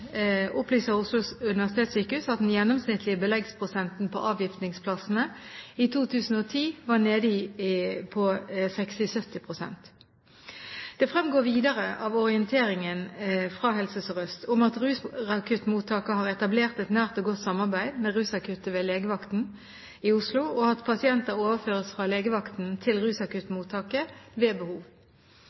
opplyser Oslo universitetssykehus at den gjennomsnittlige beleggsprosenten på avgiftningsplassene i 2010 var nede på 60–70. Det fremgår videre av orienteringen fra Helse Sør-Øst at rusakuttmottaket har etablert et nært og godt samarbeid med rusakuttmottaket ved Legevakten i Oslo, og at pasienter overføres fra Legevakten til rusakuttmottaket ved behov.